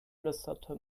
flüsterte